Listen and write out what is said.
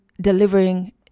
delivering